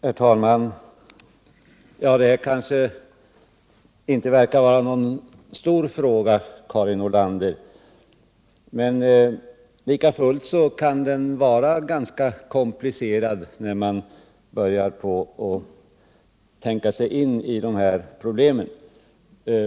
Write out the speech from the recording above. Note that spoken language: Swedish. Herr talman! Detta förefaller kanske inte vara någon stor fråga, Karin Nordlander, men ändå kan den vara ganska komplicerad för den som försöker sätta sig in i problemen.